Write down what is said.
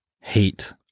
hate